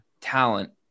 talent